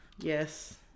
Yes